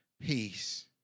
peace